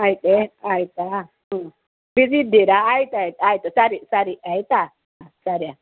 ಆಯಿತೇ ಆಯಿತಾ ಹ್ಞೂ ಬಿಜಿ ಇದ್ದೀರಾ ಆಯ್ತು ಆಯ್ತು ಆಯಿತು ಸರಿ ಸರಿ ಆಯಿತಾ ಆ ಸರಿ